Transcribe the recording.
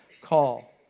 call